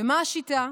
ומה השיטה?